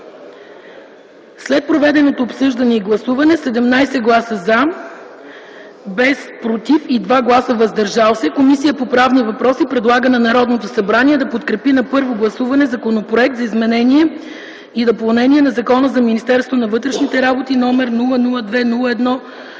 След проведеното обсъждане и гласуване със 17 гласа „за”, без „против” и 2 гласа „въздържали се” Комисията по правни въпроси предлага на Народното събрание да подкрепи на първо гласуване Законопроект за изменение и допълнение на Закона за Министерството на вътрешните работи, № 002-01-81,